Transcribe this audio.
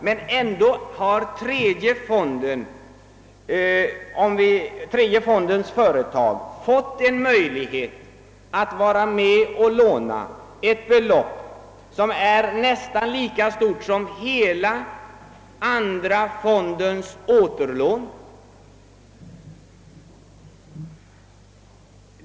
Men ändå har tredje fondens företag fått möjlighet att vara med och låna av ett belopp som är nästan lika stort som andra fondens hela återlåning.